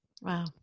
Wow